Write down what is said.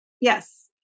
Yes